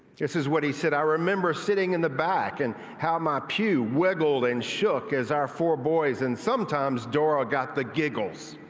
this is what he said i remember sitting in the back and how my pew wiggles and shook as our four boys and dora got the giggles.